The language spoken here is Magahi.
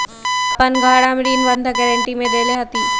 अपन घर हम ऋण बंधक गरान्टी में देले हती